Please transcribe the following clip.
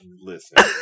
listen